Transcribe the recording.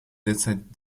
derzeit